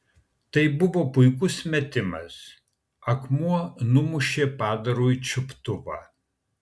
tai buvo puikus metimas akmuo numušė padarui čiuptuvą